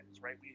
right